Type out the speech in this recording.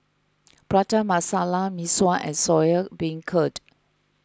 Prata Masala Mee Sua and Soya Beancurd